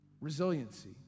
resiliency